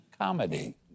comedy